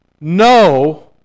No